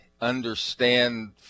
understand